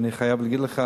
ואני חייב להגיד לך,